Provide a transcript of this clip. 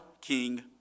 king